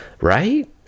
Right